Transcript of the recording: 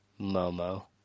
Momo